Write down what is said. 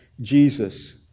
Jesus